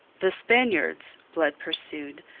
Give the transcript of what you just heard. the spaniards, blood pursued,